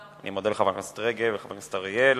אני מודה לחברת הכנסת רגב ולחבר הכנסת אריאל.